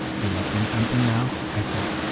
will you sing something now? i said.